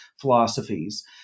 philosophies